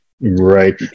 Right